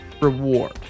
reward